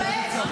תתבייש.